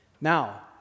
Now